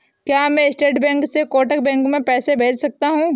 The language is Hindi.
क्या मैं स्टेट बैंक से कोटक बैंक में पैसे भेज सकता हूँ?